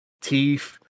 teeth